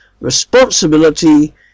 responsibility